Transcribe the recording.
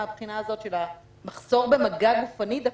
מן הבחינה של המחסור במגע גופני דווקא,